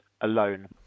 Alone